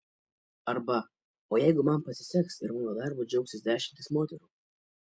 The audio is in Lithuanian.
arba o jeigu man pasiseks ir mano darbu džiaugsis dešimtys moterų